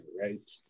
right